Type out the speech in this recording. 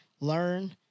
learn